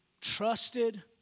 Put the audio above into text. trusted